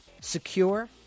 secure